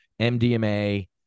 MDMA